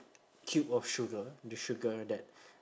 cube of sugar the sugar that